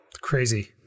Crazy